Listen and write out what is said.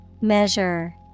Measure